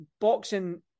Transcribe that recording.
boxing